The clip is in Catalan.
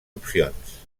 opcions